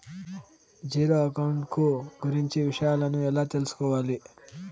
Zero account కు గురించి విషయాలను ఎలా తెలుసుకోవాలి?